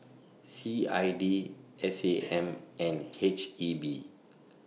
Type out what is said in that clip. C I D S A M and H E B